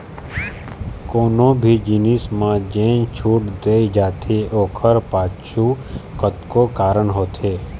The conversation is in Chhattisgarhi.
कोनो भी जिनिस म जेन छूट दे जाथे ओखर पाछू कतको कारन होथे